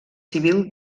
civil